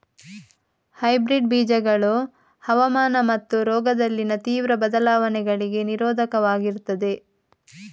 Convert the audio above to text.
hybrid ಬೀಜಗಳು ಹವಾಮಾನ ಮತ್ತು ರೋಗದಲ್ಲಿನ ತೀವ್ರ ಬದಲಾವಣೆಗಳಿಗೆ ನಿರೋಧಕವಾಗಿರ್ತದೆ